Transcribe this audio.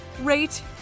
rate